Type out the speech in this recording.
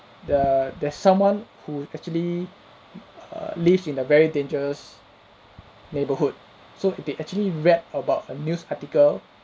the there's someone who actually err lives in a very dangerous neighbourhood so they actually read about a news article